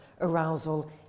arousal